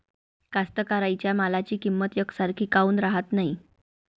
कास्तकाराइच्या मालाची किंमत यकसारखी काऊन राहत नाई?